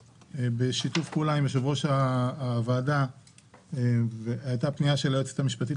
בשיתוף פעולה עם יושב-ראש הוועדה יזמנו פנייה של היועצת המשפטית